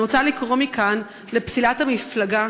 אני רוצה לקרוא מכאן לפסילת המפלגה